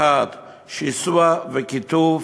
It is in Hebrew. כאשר לכל הפסיקות שלו בנושא דת ומדינה מטרה אחת: שיסוע וקיטוב